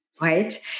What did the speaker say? right